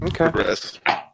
Okay